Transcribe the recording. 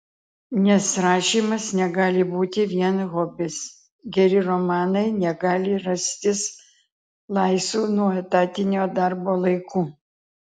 nes rašymas negali būti vien hobis geri romanai negali rastis laisvu nuo etatinio darbo laiku